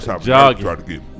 jogging